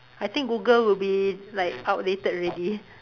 I think Google would be like outdated already